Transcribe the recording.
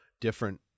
different